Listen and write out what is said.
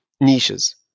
niches